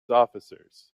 officers